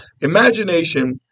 Imagination